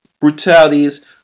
brutalities